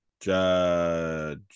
Judge